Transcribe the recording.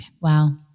Wow